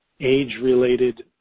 age-related